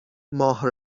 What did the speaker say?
ماه